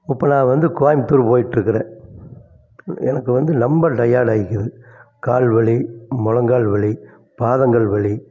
இப்போ நான் வந்து கோயம்முத்தூர் போயிகிட்டு இருக்குறேன் எனக்கு வந்து நொம்ப டயர்டா ஆயிக்குது கால் வலி மொழங்கால் வலி பாதங்கள் வலி